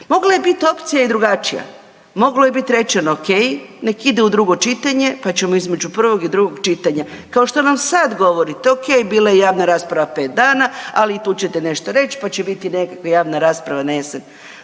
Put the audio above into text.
Mogla je biti opcija i drugačija. Moglo je biti rečeno ok, nek ide u drugo čitanje pa ćemo između prvog i drugog čitanja, kao što nam sad govorite ok bila je javna rasprava 5 dana, ali i tu ćete nešto reći pa će biti nekakva javna rasprava jesen.